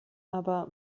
aber